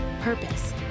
purpose